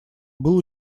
был